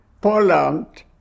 Poland